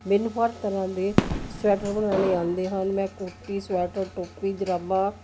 ਮੈਨੂੰ ਹਰ ਤਰ੍ਹਾਂ ਦੇ ਸਵੈਟਰ ਬਣਾਉਣੇ ਆਉਂਦੇ ਹਨ ਮੈਂ ਕੋਟੀ ਸਵੈਟਰ ਟੋਪੀ ਜੁਰਾਬਾਂ